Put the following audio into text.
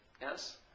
Yes